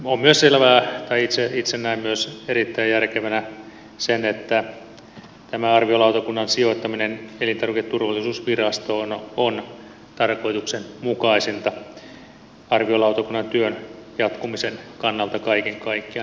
on myös selvää tai itse näen erittäin järkevänä myös sen että tämä arviolautakunnan sijoittaminen elintarviketurvallisuusvirastoon on tarkoituksenmukaisinta arviolautakunnan työn jatkumisen kannalta kaiken kaikkiaan